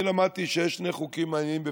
אני למדתי שיש שני חוקים מעניינים בפיזיקה,